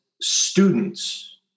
students